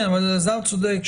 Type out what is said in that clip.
כן, אבל אלעזר צודק.